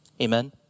Amen